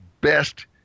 best